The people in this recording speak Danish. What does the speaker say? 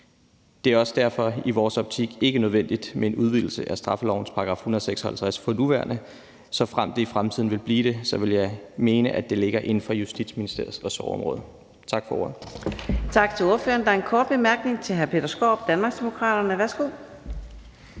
Det er også derfor i vores optik ikke nødvendigt med en udvidelse af straffelovens § 156 for nuværende, og såfremt det i fremtiden vil blive det, vil jeg mene, at det ligger inden for Justitsministeriets ressortområde. Tak for ordet.